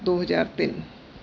ਦੋ ਹਜ਼ਾਰ ਤਿੰਨ